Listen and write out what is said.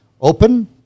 Open